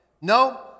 No